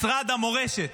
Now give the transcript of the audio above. משרד המורשת,